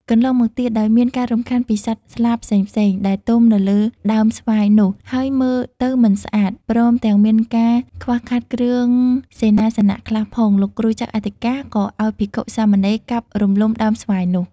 កន្លងមកទៀត ដោយមានការរំខានពីសត្វស្លាបផ្សេងៗ ដែលទុំនៅលើដើមស្វាយនោះ ហើយមើលទៅមិនស្អាត ព្រមទាំងមានការខ្វះខាតគ្រឿងសេនាសនៈខ្លះផង លោកគ្រូចៅអធិការ ក៏ឲ្យភិក្ខុ-សាមណេរកាប់រំលំដើមស្វាយនោះ។